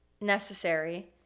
necessary